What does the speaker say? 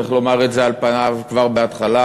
צריך לומר את זה על פניו כבר בהתחלה,